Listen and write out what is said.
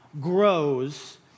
grows